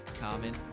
common